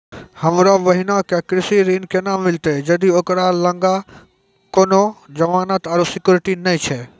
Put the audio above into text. हमरो बहिनो के कृषि ऋण केना मिलतै जदि ओकरा लगां कोनो जमानत आरु सिक्योरिटी नै छै?